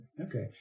Okay